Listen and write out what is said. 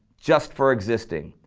just for existing.